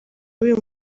b’uyu